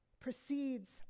proceeds